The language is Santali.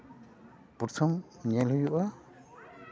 ᱯᱨᱚᱛᱷᱚᱢ ᱧᱮᱞ ᱦᱩᱭᱩᱜᱼᱟ